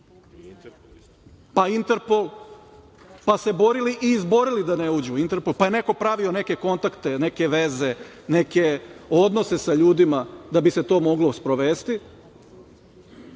Pa Interpol, pa se borili i izborili da ne u Interpol, pa je neko pravio neke kontakte, neke veze, neke odnose sa ljudima da bi se to moglo sprovesti